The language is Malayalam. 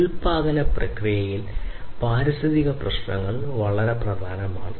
ഉൽപാദന പ്രക്രിയയിൽ പാരിസ്ഥിതിക പ്രശ്നങ്ങൾ വളരെ പ്രധാനമാണ്